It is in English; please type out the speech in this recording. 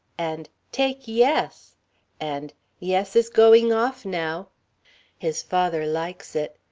and take yes and yes is going off now his father likes it.